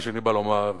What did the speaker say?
מה שאני בא לומר,